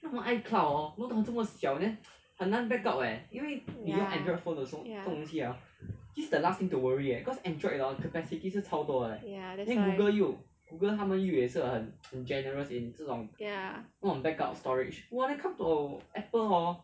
ya ya ya that's why ya